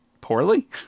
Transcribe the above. poorly